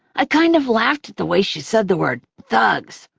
i kind of laughed at the way she said the word thugs.